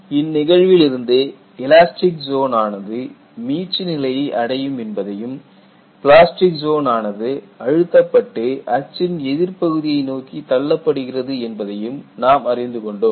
இந்நிகழ்வில் இருந்து elastic zone ஆனது மீட்சி நிலையை அடையும் என்பதையும் பிளாஸ்டிக் ஜோன் ஆனது அழுத்தப்பட்டு அச்சின் எதிர் பகுதியை நோக்கி தள்ளப்படுகிறது என்பதையும் நாம் அறிந்து கொண்டோம்